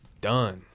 Done